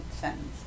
sentence